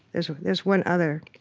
there's there's one other.